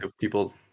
people